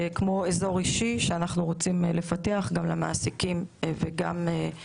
כמו אזור אישי שאנחנו רוצים לפתח למעסיקים ולעובדים.